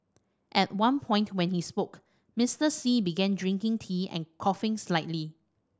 at one point when he spoke Mister Xi began drinking tea and coughing slightly